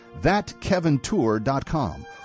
ThatKevinTour.com